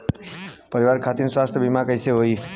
परिवार खातिर स्वास्थ्य बीमा कैसे होई?